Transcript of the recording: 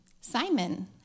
Simon